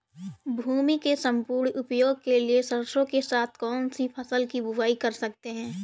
भूमि के सम्पूर्ण उपयोग के लिए सरसो के साथ कौन सी फसल की बुआई कर सकते हैं?